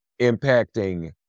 impacting